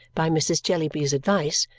by mrs. jellyby's advice,